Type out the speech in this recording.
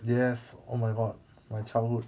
yes oh my god my childhood